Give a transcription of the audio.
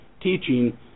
teaching